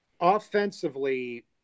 offensively